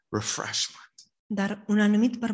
refreshment